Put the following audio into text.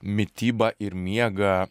mitybą ir miegą